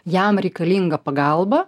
jam reikalingą pagalbą